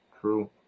true